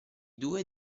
due